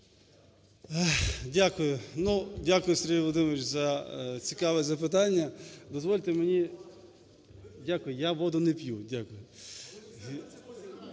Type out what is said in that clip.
Дякую, Сергій Володимирович, за цікаве запитання. Дозвольте мені… Дякую, я воду не п'ю, дякую.